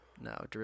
No